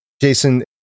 Jason